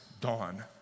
Dawn